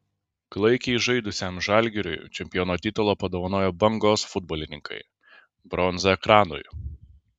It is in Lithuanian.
klaikiai žaidusiam žalgiriui čempiono titulą padovanojo bangos futbolininkai bronza ekranui